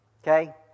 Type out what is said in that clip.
Okay